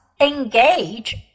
engage